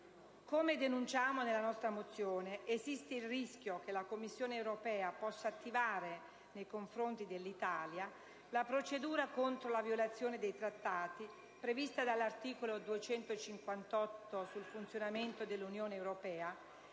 Come denunciamo nella nostra mozione, esiste il rischio che la Commissione europea possa attivare nei confronti dell'Italia la procedura contro la violazione dei Trattati, prevista dall'articolo 258 del Trattato sul funzionamento dell'Unione europea,